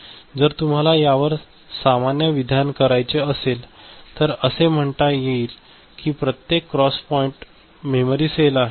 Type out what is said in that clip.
जर तुम्हाला यावर सामान्य विधान करायचे असेल तर असे म्हणता येईल की प्रत्येक क्रॉस पॉईंट मेमरी सेल आहे